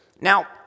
Now